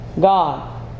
God